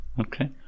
Okay